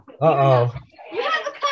Uh-oh